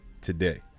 today